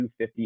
250